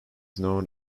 known